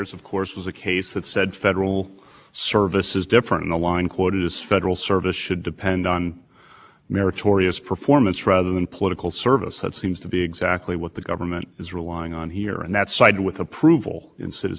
meritorious performance rather than political service that seems to be exactly what the government is relying on here and that side with approval in citizens you know but of course there was no ban on employees making contributions in letter carriers and the